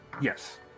Yes